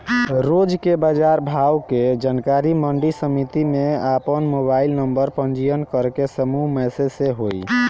रोज के बाजार भाव के जानकारी मंडी समिति में आपन मोबाइल नंबर पंजीयन करके समूह मैसेज से होई?